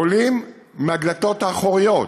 עולים מהדלתות האחוריות